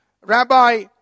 Rabbi